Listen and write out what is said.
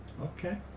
Okay